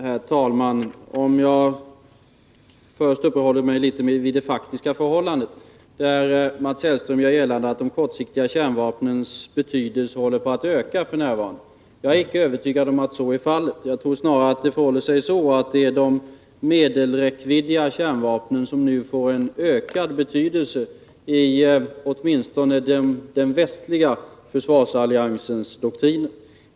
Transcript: Herr talman! Jag vill först uppehålla mig litet vid det faktiska förhållandet, där Mats Hellström gör gällande att de kortsiktiga kärnvapnens betydelse håller på att öka f. n. Jag är icke övertygad om att så är fallet. Jag tror snarare att det förhåller sig så att det är kärnvapnen med medelräckvidd som nu får en ökad betydelse i åtminstone den västliga försvarsalliansens doktriner.